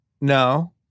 No